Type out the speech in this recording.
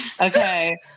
okay